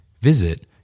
Visit